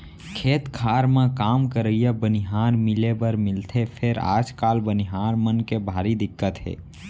खेत खार म काम करइया बनिहार मिले बर मिलथे फेर आजकाल बनिहार मन के भारी दिक्कत हे